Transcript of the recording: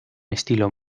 estilo